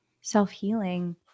self-healing